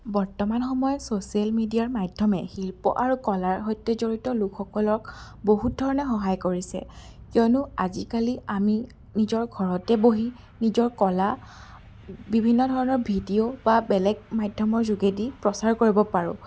বৰ্তমান সময়ত চ'ছিয়েল মিডিয়াৰ মাধ্যমে শিল্প আৰু কলাৰ সৈতে জড়িত লোকসকলক বহুত ধৰণে সহায় কৰিছে কিয়নো আজিকালি আমি নিজৰ ঘৰতে বহি নিজৰ কলা বিভিন্ন ধৰণৰ ভিডিঅ' বা বেলেগ মাধ্যমৰ যোগেদি প্ৰচাৰ কৰিব পাৰোঁ